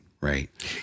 right